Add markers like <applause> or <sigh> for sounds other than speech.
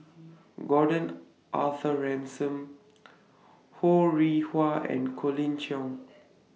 Gordon Arthur Ransome <noise> Ho Rih Hwa and Colin Cheong